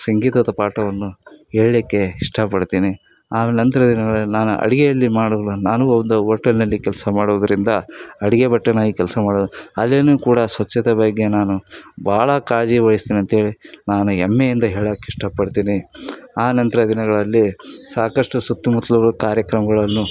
ಸಂಗೀತದ ಪಾಠವನ್ನು ಹೇಳಕ್ಕೆ ಇಷ್ಟಪಡ್ತೀನಿ ಆ ನಂತ್ರದ ದಿನಗಳಲ್ಲಿ ನಾನು ಅಡುಗೆಯಲ್ಲಿ ಮಾಡಲು ನಾನು ಒಂದು ಓಟೆಲ್ನಲ್ಲಿ ಕೆಲಸ ಮಾಡೋದರಿಂದ ಅಡುಗೆ ಭಟ್ಟನಾಗಿ ಕೆಲಸ ಮಾಡಿ ಅಲ್ಲಿಯೂ ಕೂಡ ಸ್ವಚ್ಛತೆ ಬಗ್ಗೆ ನಾನು ಬಹಳ ಕಾಳಜಿ ವಹಿಸ್ತೇನಂತೇಳಿ ನಾನು ಹೆಮ್ಮೆಯಿಂದ ಹೇಳಕ್ಕೆ ಇಷ್ಟಪಡ್ತೀನಿ ಆನಂತ್ರದ ದಿನಗಳಲ್ಲಿ ಸಾಕಷ್ಟು ಸುತ್ತಮುತ್ಲು ಕಾರ್ಯಕ್ರಮಗಳನ್ನು